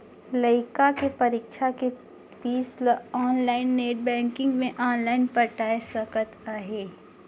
लइका के परीक्षा के पीस ल आनलाइन नेट बेंकिग मे आनलाइन पटाय सकत अहें